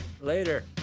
Later